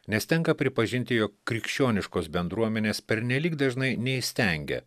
nes tenka pripažinti jog krikščioniškos bendruomenės pernelyg dažnai neįstengia